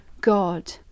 God